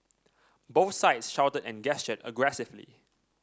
both sides shouted and gestured aggressively